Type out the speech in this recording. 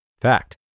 Fact